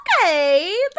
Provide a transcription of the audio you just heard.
okay